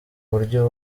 buryo